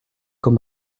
qu’au